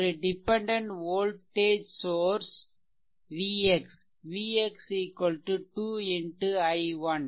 ஒரு dependent voltage source vx vx 2 i1